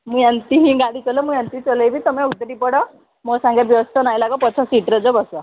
ମୁଁ ଏମିତିି ଗାଡ଼ି ଚଲାଏ ମୁଇଁ ଏମିତି ଚଲାଇବି ତମ ଉତରି ପଡ଼ିବ ମୋ ସାଙ୍ଗେ ବ୍ୟସ୍ତ ନାହିଁ ଲାଗ ପଛ ସିଟ୍ରେ ବସ